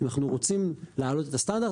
אנחנו רוצים להעלות את הסטנדרט,